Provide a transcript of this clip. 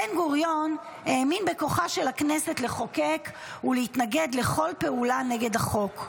בן-גוריון האמין בכוחה של הכנסת לחוקק ולהתנגד לכל פעולה נגד החוק.